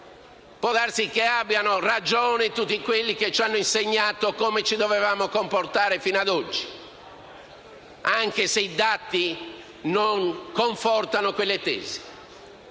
può darsi che abbiano ragione tutti quelli che ci hanno insegnato come dovevamo comportarci fino ad oggi, anche se i dati non confortano quelle tesi.